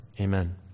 amen